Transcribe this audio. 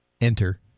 Enter